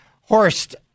Horst